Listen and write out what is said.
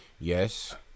Yes